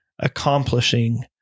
accomplishing